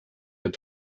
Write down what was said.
had